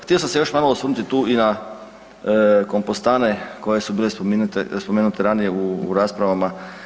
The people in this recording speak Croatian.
Htio sam se još malo osvrnuti tu i na kompostane koje su bile spomenute ranije u raspravama.